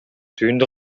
түйүндү